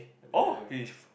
!oh!